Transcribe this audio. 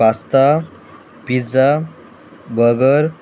pasta pizza burger